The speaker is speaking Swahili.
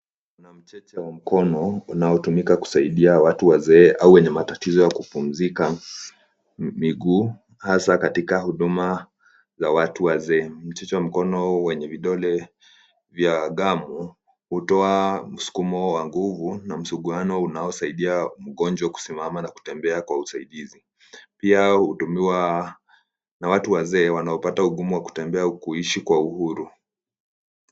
Kuna mcheche wa mkono unaotumika kusaidia watu wazee au wenye matatizo ya kupumzika miguu hasa katika huduma la watu wazee. Mchehce wa mkono wenye vidole vya gamu hutowa msukumo wa nguvu na msuguano unaosaidia mgonjwa kusimama na kutembea kwa usaidizi. Pia, hutumiwa na watu wazee wanaopata ugumu wa kutembea au kuishi kwa uhuru.